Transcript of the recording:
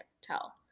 tell